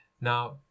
Now